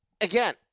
again